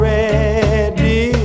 ready